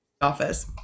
office